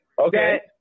Okay